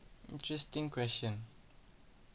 interesting question